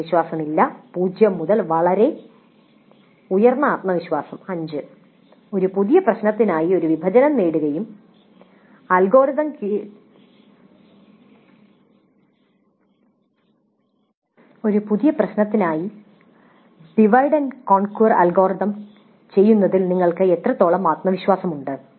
ആത്മവിശ്വാസമില്ല 0 മുതൽ വളരെ ഉയർന്ന ആത്മവിശ്വാസം 5 ഒരു പുതിയ പ്രശ്നത്തിനായി ഒരു ഡിവൈഡ് ആൻഡ് കോൺക്വർ അൽഗോരിതം ഉപയോഗിക്കാൻ നിങ്ങൾക്ക് എത്രത്തോളം ആത്മവിശ്വാസമുണ്ട്